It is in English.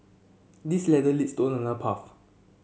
this ladder leads to path